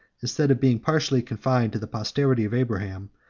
instead of being partially confined to the posterity of abraham,